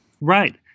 Right